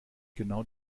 genau